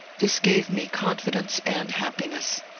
this gave me confidence and happiness.